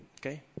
Okay